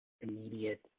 immediate